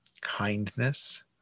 kindness